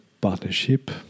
Partnership